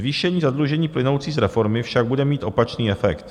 Zvýšení zadlužení plynoucí z reformy však bude mít opačný efekt.